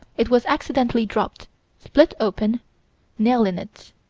it was accidentally dropped split open nail in it.